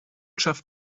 schafft